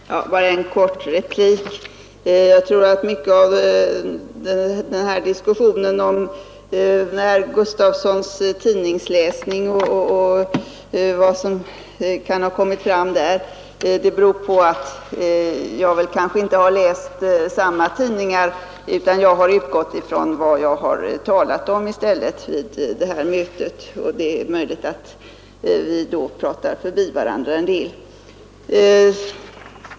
Herr talman! Bara en kort replik. Jag tror att mycket av den här diskussionen om herr Gustavssons i Alvesta tidningsläsning och vad som kan ha kommit fram där beror på att jag kanske inte har läst samma tidningsreferat, utan bara har utgått ifrån vad jag har sagt vid mötet. Därför är det möjligt att vi delvis talar förbi varandra.